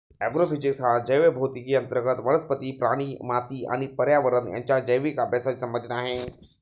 agrophysics हा जैवभौतिकी अंतर्गत वनस्पती, प्राणी, माती आणि पर्यावरण यांच्या जैविक अभ्यासाशी संबंधित आहे